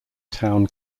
town